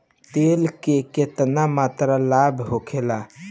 तेल के केतना मात्रा लाभ होखेला?